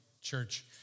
church